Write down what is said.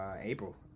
April